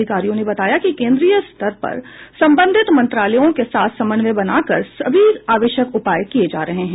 अधिकारियों ने बताया कि केंद्रीय स्तर पर संबंधित मंत्रालयों के साथ समन्वय बनाकर सभी आवश्यक उपाय किए जा रहे हैं